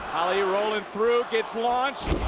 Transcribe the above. ali rolling through gets launched.